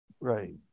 right